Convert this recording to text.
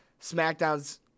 SmackDown's –